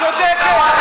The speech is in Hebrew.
את צודקת.